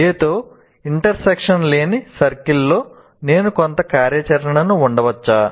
A తో intersection లేని సర్కిల్లో నేను కొంత కార్యాచరణను ఉంచవచ్చా